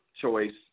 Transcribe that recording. choice